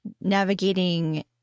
navigating